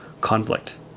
conflict